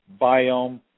biome